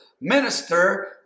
minister